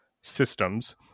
systems